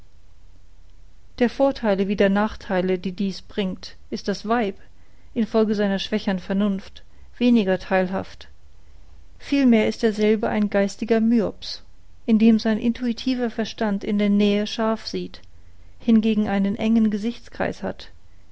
der vortheile wie der nachtheile die dies bringt ist das weib in folge seiner schwächern vernunft weniger theilhaft vielmehr ist derselbe ein geistiger myops indem sein intuitiver verstand in der nähe scharf sieht hingegen einen engen gesichtskreis hat